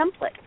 template